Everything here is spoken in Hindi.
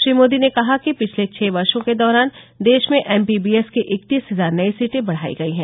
श्री मोदी ने कहा कि पिछले छह वर्षो के दौरान देश में एमबीबीएस की इकतीस हजार नई सीटें बढाई गई हैं